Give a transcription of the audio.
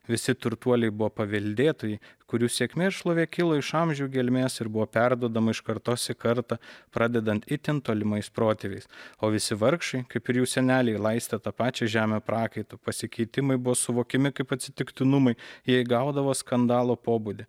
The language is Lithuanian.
visi turtuoliai buvo paveldėtojai kurių sėkmė ir šlovė kilo iš amžių gelmės ir buvo perduodama iš kartos į kartą pradedant itin tolimais protėviais o visi vargšai kaip ir jų seneliai laistė tą pačią žemę prakaitu pasikeitimai buvo suvokiami kaip atsitiktinumai jie įgaudavo skandalo pobūdį